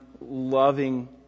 loving